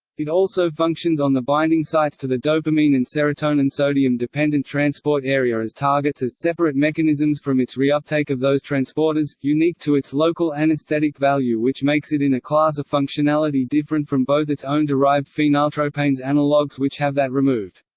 it also functions on the binding sites to the dopamine and serotonin sodium dependent transport area as targets as separate mechanisms from its reuptake of those transporters unique to its local anesthetic value which makes it in a class of functionality different from both its own derived phenyltropanes analogues which have that removed.